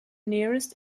nearest